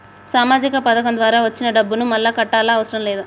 సామాజిక పథకం ద్వారా వచ్చిన డబ్బును మళ్ళా కట్టాలా అవసరం లేదా?